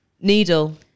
needle